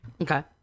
okay